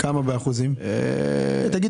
יש לנו